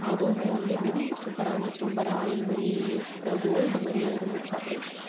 அதுவுமே வந்து ரொம்ப சூப்பராக இருந்துச்சு ரொம்ப ராயல் மாதிரி சூப்பராக அப்ற கோல்டு மாரியே இருந்துச்சு அப்படியே